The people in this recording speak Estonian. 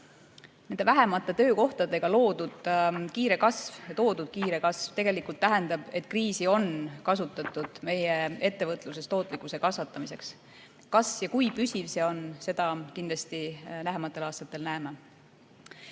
Nende vähemate töökohtadega saavutatud kiire kasv tegelikult tähendab, et kriisi on kasutatud meie ettevõtluses tootlikkuse kasvatamiseks. Kui püsiv see on, seda kindlasti lähimatel aastatel näeme.